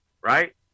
right